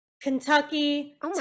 kentucky